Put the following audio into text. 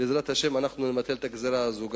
בעזרת השם אנחנו נבטל את הגזירה הזו גם.